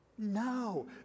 No